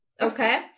Okay